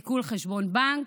עיקול חשבון בנק.